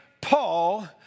Paul